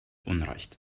unrecht